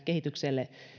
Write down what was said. kehitykselle